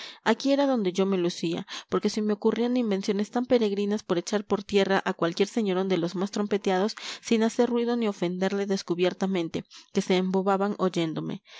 aquí era donde yo me lucía porque se me ocurrían invenciones tan peregrinas para echar por tierra a cualquier señorón de los más trompeteados sin hacer ruido ni ofenderle descubiertamente que se embobaban oyéndome